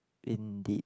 in the